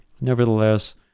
Nevertheless